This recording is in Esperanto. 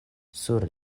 sur